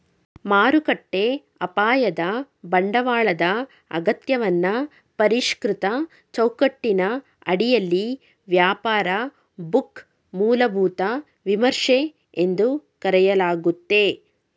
ಮಾರುಕಟ್ಟೆ ಅಪಾಯದ ಬಂಡವಾಳದ ಅಗತ್ಯವನ್ನ ಪರಿಷ್ಕೃತ ಚೌಕಟ್ಟಿನ ಅಡಿಯಲ್ಲಿ ವ್ಯಾಪಾರ ಬುಕ್ ಮೂಲಭೂತ ವಿಮರ್ಶೆ ಎಂದು ಕರೆಯಲಾಗುತ್ತೆ